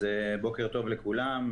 בוקר טוב לכולם.